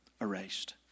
erased